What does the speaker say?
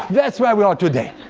that's where we are today.